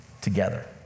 together